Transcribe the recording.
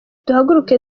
duhaguruke